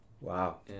Wow